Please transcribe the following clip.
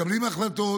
מקבלים החלטות,